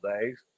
days